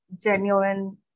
genuine